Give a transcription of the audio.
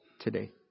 today